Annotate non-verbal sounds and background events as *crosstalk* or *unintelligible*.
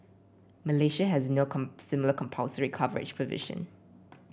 Malaysia has no *unintelligible* similar compulsory coverage provision